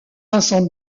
vincent